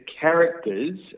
characters